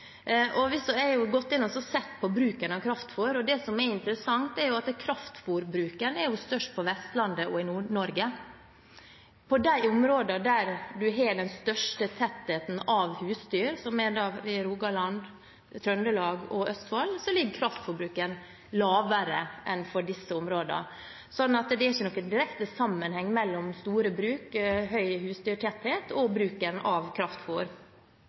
lite av, så å si ingenting, i Norge. Men det er et faktum at vi produserer 80 pst. av fôret selv, gress og korn iberegnet. Jeg har gått inn og sett på bruken av kraftfôr, og det som er interessant, er at kraftfôrbruken er størst på Vestlandet og i Nord-Norge. I de områdene der man har den største tettheten av husdyr, som er Rogaland, Trøndelag og Østfold, ligger kraftfôrbruken lavere enn for disse områdene. Så det er ikke noen direkte sammenheng mellom store bruk, høy